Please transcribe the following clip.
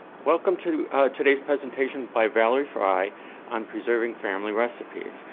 welcome to today's presentation by valerie frey on preserving family recipes.